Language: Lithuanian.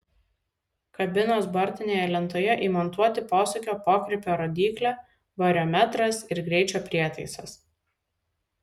kabinos bortinėje lentoje įmontuoti posūkio pokrypio rodyklė variometras ir greičio prietaisas